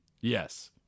Yes